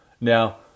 now